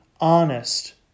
honest